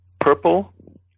purple